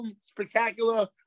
Spectacular